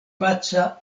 paca